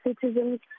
citizens